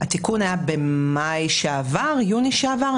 התיקון היה במאי או יוני שעבר.